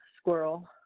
squirrel